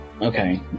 Okay